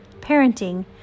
parenting